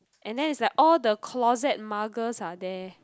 and then is like all the closet muggers are there